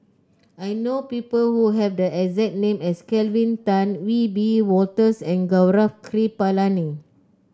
I know people who have the exact name as Kelvin Tan Wiebe Wolters and Gaurav Kripalani